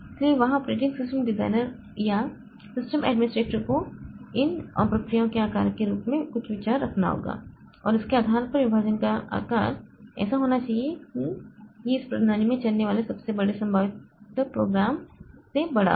इसलिए वहां operating system designer या सिस्टम एडमिनिस्ट्रेटर को इन प्रक्रियाओं के आकार के बारे में कुछ विचार रखना होगा और इसके आधार पर विभाजन का आकार ऐसा होना चाहिए कि यह इस प्रणाली में चलने वाले सबसे बड़े संभावित प्रोग्राम से बड़ा हो